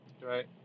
right